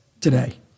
today